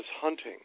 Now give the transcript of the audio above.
hunting